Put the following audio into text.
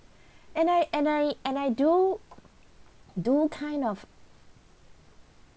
and I and I and I do do kind of